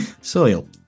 soil